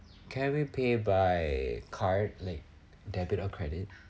can we pay by card like debit or credit